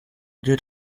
gilt